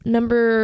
Number